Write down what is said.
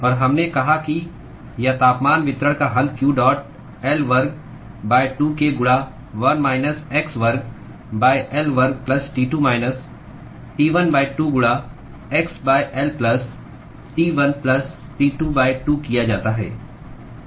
और हमने कहा कि या तापमान वितरण का हल q डॉट L वर्ग 2k गुणा 1 माइनस x वर्ग L वर्ग प्लस T2 माइनस T1 2 गुणा x L plus T1 plus T2 2 किया जाता है